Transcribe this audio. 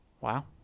Wow